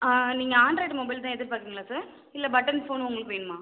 நீங்கள் Android mobile தான் எதிர்பாக்குறீங்களா சார் இல்லை பட்டன் ஃபோன் உங்களுக்கு வேணுமா